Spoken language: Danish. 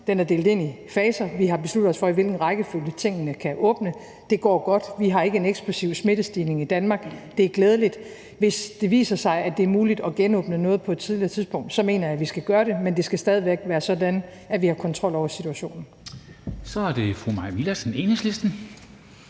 Den er delt ind i faser. Vi har besluttet os for, i hvilken rækkefølge tingene kan åbne. Det går godt. Vi har ikke en eksplosiv smittestigning i Danmark. Det er glædeligt. Hvis det viser sig, at det er muligt at genåbne noget på et tidligere tidspunkt, så mener jeg, vi skal gøre det, men det skal stadig væk være sådan, at vi har kontrol over situationen. Kl. 13:31 Formanden